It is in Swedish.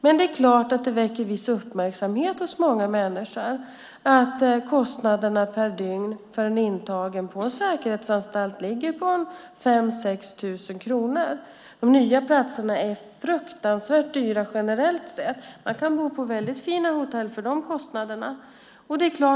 Men det är klart att det väcker viss uppmärksamhet hos många människor att kostnaderna per dygn för en intagen på en säkerhetsanstalt ligger på 5 000-6 000 kronor. De nya platserna är fruktansvärt dyra generellt sett; man kan bo på väldigt fina hotell för de kostnaderna.